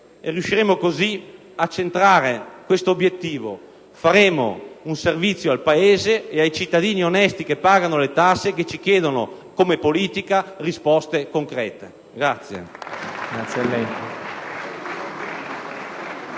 Riusciremo così a centrare questo obiettivo. Faremo un servizio al Paese e ai cittadini onesti che pagano le tasse e che ci chiedono come politica risposte concrete.